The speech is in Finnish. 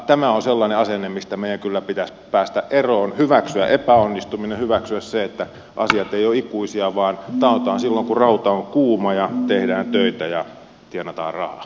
tämä on sellainen asenne mistä meidän kyllä pitäisi päästä eroon hyväksyä epäonnistuminen hyväksyä se että asiat eivät ole ikuisia vaan taotaan silloin kun rauta on kuumaa ja tehdään töitä ja tienataan rahaa